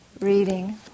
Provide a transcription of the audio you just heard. reading